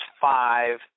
five